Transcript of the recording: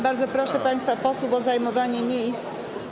Bardzo proszę państwa posłów o zajmowanie miejsc.